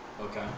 Okay